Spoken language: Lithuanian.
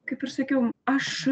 kaip ir sakiau aš